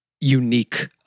unique